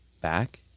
back